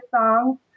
song